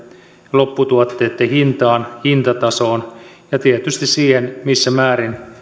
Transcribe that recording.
lopputuotteitten hintaan hintatasoon ja tietysti siihen missä määrin